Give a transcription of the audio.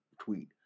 tweet